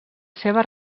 seva